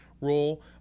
role